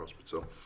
hospital